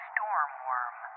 Stormworm